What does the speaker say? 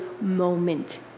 moment